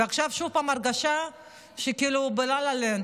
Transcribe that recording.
ועכשיו עוד פעם הרגשה שכאילו בלה-לה-לנד,